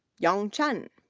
yang chen,